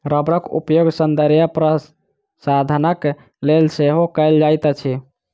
रबड़क उपयोग सौंदर्य प्रशाधनक लेल सेहो कयल जाइत अछि